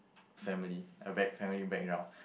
family a back~ family background